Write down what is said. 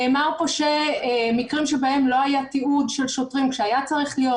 נאמר פה על מקרים שבהם לא היה תיעוד של שוטרים כשהיה צריך להיות,